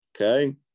Okay